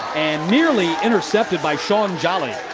and nearly intercepted by shaun jolly.